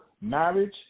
marriage